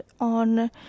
on